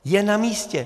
Je namístě!